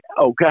okay